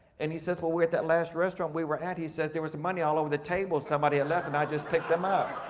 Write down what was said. and he says, when we're at that last restaurant we were at he says there was money all over the table. somebody had left and i just picked them up.